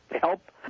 help